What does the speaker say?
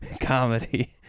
comedy